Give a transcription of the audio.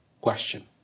question